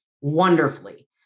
wonderfully